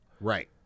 Right